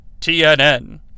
TNN